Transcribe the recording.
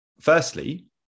firstly